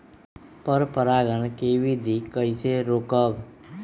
पर परागण केबिधी कईसे रोकब?